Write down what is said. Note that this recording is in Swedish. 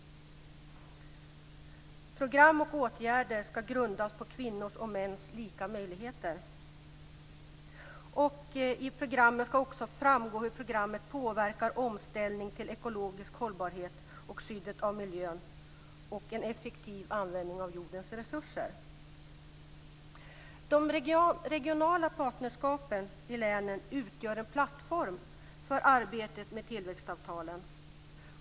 Program och åtgärder ska grundas på kvinnors och mäns lika möjligheter. I programmet ska också framgå hur det påverkar omställning till ekologisk hållbarhet, skyddet av miljön och en effektiv användning av jordens resurser. De regionala partnerskapen i länen utgör en plattform för arbetet med tillväxtavtalen.